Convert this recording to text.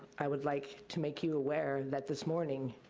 i would like to make you aware that this morning,